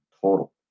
total